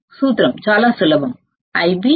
సూత్రం చాలా సులభం Ib | Ib1 Ib2 | 2